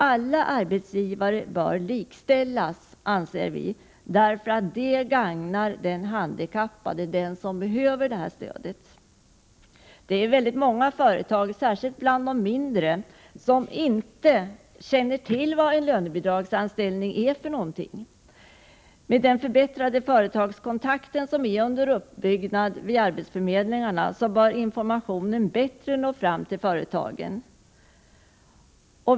Alla arbetsgivare bör likställas, anser vi, därför att det gagnar de handikappade som behöver stöd. Det är många företag — det gäller särskilt de mindre — där man inte känner till vad en lönebidragsanställning är för någonting. Med den förbättrade företagskontakt som nu är under uppbyggnad vid arbetsförmedlingarna bör informationen bättre nå fram till företagen.